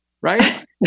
Right